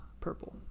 purple